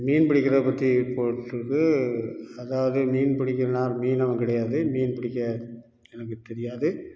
மீன் பிடிக்கிறதை பற்றி போட்டுருக்கு அதாது மீன் பிடிக்கிற நான் மீனவன் கிடையாது மீன் பிடிக்க எனக்கு தெரியாது